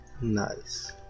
Nice